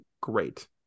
great